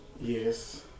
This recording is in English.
Yes